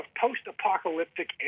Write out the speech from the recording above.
post-apocalyptic